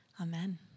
Amen